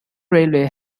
railway